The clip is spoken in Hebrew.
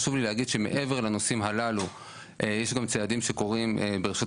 חשוב לי להגיד שמעבר לנושאים הללו יש גם צעדים שקורים ברשות